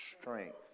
strength